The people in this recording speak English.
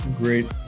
Great